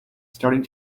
starting